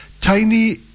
Tiny